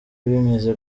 bimeze